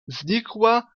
znikła